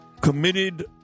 committed